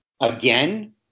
again